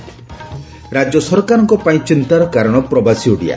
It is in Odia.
ରାଜ୍ୟ ସରକାରଙ୍କ ପାଇଁ ଚିନ୍ତାର କାରଣ ପ୍ରବାସୀ ଓଡ଼ିଆ